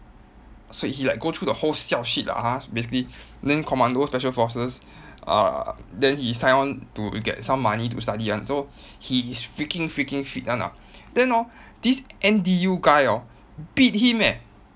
so he like go through the whole siao shit lah ha basically then commando special forces uh then he sign on to get some money to study [one] so he is freaking freaking fit [one] ah then hor this N_D_U guy hor beat him eh